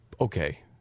Okay